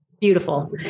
beautiful